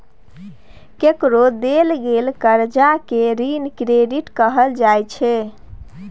केकरो देल गेल करजा केँ ऋण क्रेडिट कहल जाइ छै